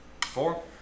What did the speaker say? Four